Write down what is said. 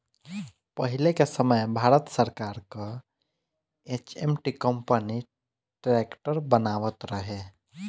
पहिले के समय भारत सरकार कअ एच.एम.टी कंपनी ट्रैक्टर बनावत रहे